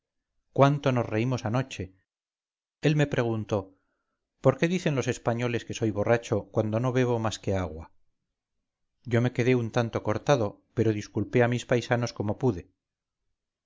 cuánto nos reímos anoche él me preguntó por qué dicen los españoles que soy borracho cuando no bebo más que agua yo me quedé un tanto cortado pero disculpé a mis paisanos como pude